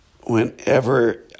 Whenever